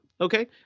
okay